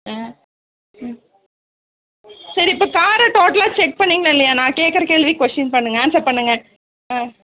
ஆ ம் சரி இப்போ காரை டோட்டலாக செக் பண்ணிங்களா இல்லையா நான் கேட்கற கேள்விக் கொஷின் பண்ணுங்கள் ஆன்சர் பண்ணுங்கள் ஆ